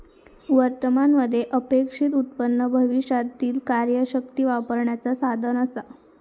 वर्तमान मध्ये अपेक्षित उत्पन्न भविष्यातीला कार्यशक्ती वापरण्याचा साधन असा